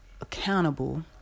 accountable